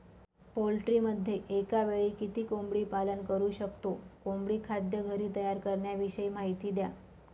पोल्ट्रीमध्ये एकावेळी किती कोंबडी पालन करु शकतो? कोंबडी खाद्य घरी तयार करण्याविषयी माहिती द्या